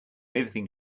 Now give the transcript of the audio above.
everything